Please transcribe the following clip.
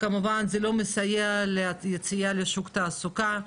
וכמובן זה לא מסייע ליציאה לשוק התעסוקה,